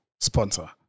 sponsor